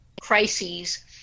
crises